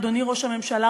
אדוני ראש הממשלה,